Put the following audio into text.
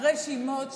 רשימות שחורות,